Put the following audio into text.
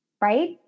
right